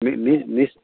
নিজ